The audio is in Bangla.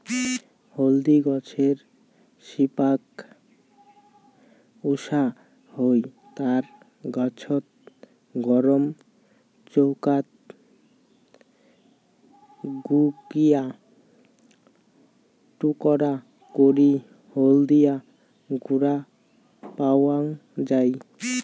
হলদি গছের শিপাক উষা হই, তার পাছত গরম চৌকাত শুকিয়া টুকরা করি হলদিয়া গুঁড়া পাওয়াং যাই